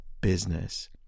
business